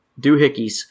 doohickeys